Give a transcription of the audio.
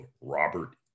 Robert